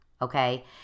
Okay